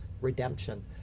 redemption